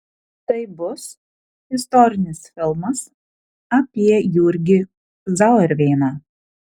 tai bus istorinis filmas apie jurgį zauerveiną